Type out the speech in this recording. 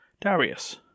Darius